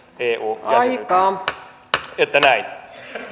eu jäsenyyttä että näin